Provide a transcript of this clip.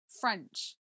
French